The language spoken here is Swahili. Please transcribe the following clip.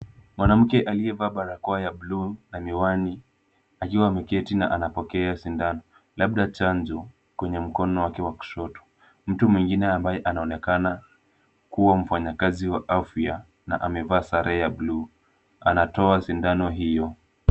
Mwanamke aliyevaa barakoa ya blue na miwani akiwa ameketi na anapokea sindano labda chanjo kwenye mkono wake wa kushoto. Mtu mwingine ambaye anaonekana kuwa mafanyikazi wa afya na amevaa sare ya blue anatoa sindano hiyo.